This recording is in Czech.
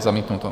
Zamítnuto.